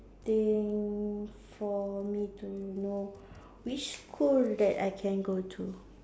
think for me to know which school that I can go to